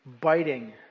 Biting